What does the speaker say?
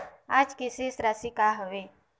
आज के शेष राशि का हवे?